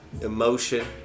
emotion